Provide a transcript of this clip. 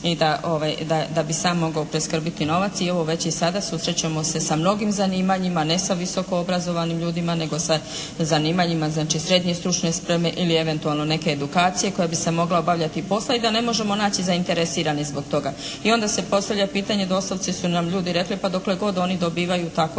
i da bi sam mogao priskrbiti novac. I evo, već i sada susrećemo se sa mnogim zanimanjima, ne sa visoko obrazovanim ljudima nego sa zanimanjima znači srednje stručne spreme ili eventualno neke edukacije koja bi se mogla obavljati …/Govornik se ne razumije./… i da ne možemo naći zainteresirane zbog toga. I onda se postavlja pitanje doslovce su nam ljudi rekli pa dokle god oni dobivaju tako